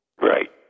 Right